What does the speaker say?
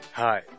Hi